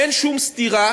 אין שום סתירה